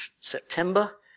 September